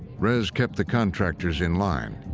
res kept the contractors in line,